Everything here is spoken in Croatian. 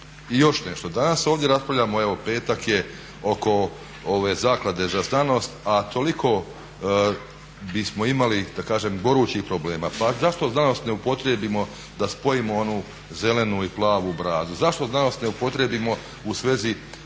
I još nešto, danas ovdje raspravljamo, evo petak je, oko ove Zaklade za znanost a toliko bismo imali da kažem gorućih problema. Pa zašto znanost ne upotrijebimo da spojimo onu zelenu i plavu brazdu, zašto znanost ne upotrijebimo u svezi